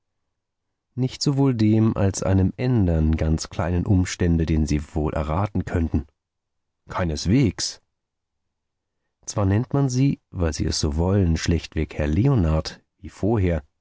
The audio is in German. nicht sowohl dem als einem ändern ganz kleinen umstände den sie wohl erraten können keinesweges zwar nennt man sie weil sie es so wollen schlechtweg herr leonard wie vorher